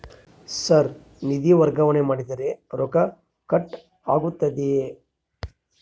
Sir ನಿಧಿ ವರ್ಗಾವಣೆ ಮಾಡಿದರೆ ರೊಕ್ಕ ಕಟ್ ಆಗುತ್ತದೆಯೆ?